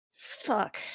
Fuck